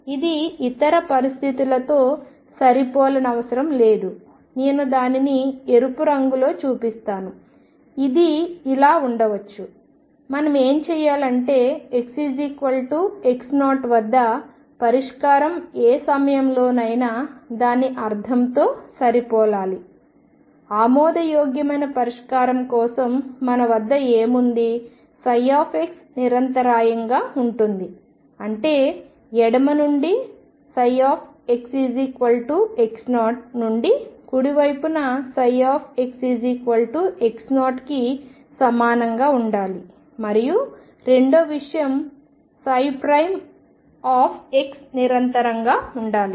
ఇది ఇతర పరిస్థితులతో సరిపోలనవసరం లేదు నేను దానిని ఎరుపు రంగులో చూపిస్తాను ఇది ఇలా ఉండవచ్చు మనం ఏమి చేయాలి అంటే xx0 వద్ద పరిష్కారం ఏ సమయంలోనైనా దాని అర్థంతో సరిపోలాలి ఆమోదయోగ్యమైన పరిష్కారం కోసం మన వద్ద ఏమి ఉంది x నిరంతరాయంగా ఉంటుంది అంటే ఎడమ నుండి xx0 నుండి కుడివైపు xx0కి సమానంగా ఉండాలి మరియు రెండవ విషయం నిరంతరంగా ఉండాలి